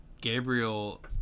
Gabriel